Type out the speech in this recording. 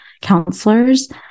counselors